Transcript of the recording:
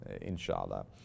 inshallah